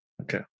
Okay